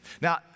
Now